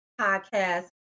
podcast